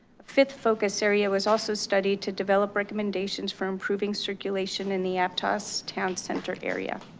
fifth focus area was also studied to develop recommendations for improving circulation in the aptos town center area.